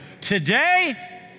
Today